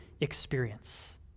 experience